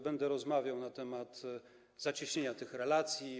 Będę rozmawiał na temat zacieśnienia tych relacji.